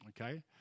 Okay